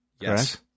Yes